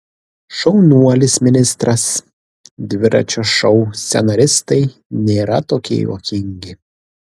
šaunuolis ministras dviračio šou scenaristai nėra tokie juokingi